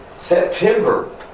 September